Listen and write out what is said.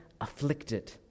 afflicted